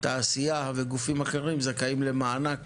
תעשייה וגופים אחרים זכאים למענק